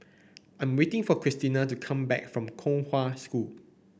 I'm waiting for Christina to come back from Kong Hwa School